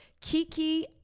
Kiki